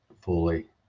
fully